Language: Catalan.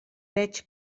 veig